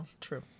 True